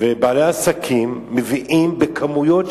ובעלי עסקים מביאים צ'קים בכמויות.